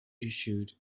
issued